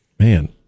Man